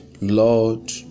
Lord